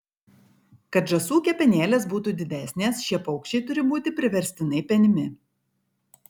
kad žąsų kepenėlės būtų didesnės šie paukščiai turi būti priverstinai penimi